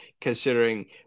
considering